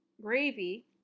gravy